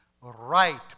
right